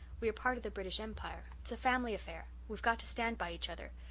we are part of the british empire. it's a family affair. we've got to stand by each other.